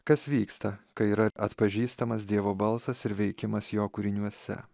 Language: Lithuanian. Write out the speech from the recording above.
kas vyksta kai yra atpažįstamas dievo balsas ir veikimas jo kūriniuose